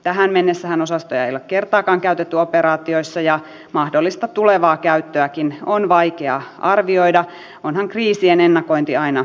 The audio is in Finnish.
tähän mennessähän osastoja ei ole kertaakaan käytetty operaatioissa ja mahdollista tulevaa käyttöäkin on vaikea arvioida onhan kriisien ennakointi aina haastavaa